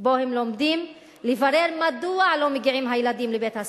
שבו הם לומדים לברר מדוע הילדים לא מגיעים לבית-הספר,